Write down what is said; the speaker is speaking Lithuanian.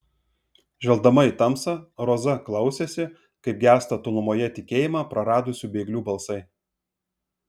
žvelgdama į tamsą roza klausėsi kaip gęsta tolumoje tikėjimą praradusių bėglių balsai